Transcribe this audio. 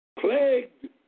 plagued